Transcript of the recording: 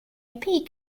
peak